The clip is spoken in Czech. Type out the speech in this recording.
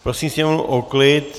Prosím sněmovnu o klid!